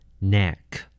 Neck